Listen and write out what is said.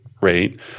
rate